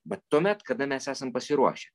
va tuomet kada mes esam pasiruošę